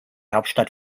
hauptstadt